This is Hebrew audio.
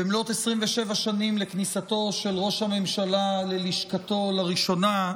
במלאת 27 שנים לכניסתו של ראש הממשלה ללשכתו לראשונה,